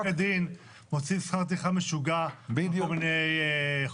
אתה יודע שגם עורכי דין מוציאים שכר טרחה משוגע על כל מיני חובות.